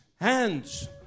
hands